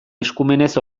eskumenez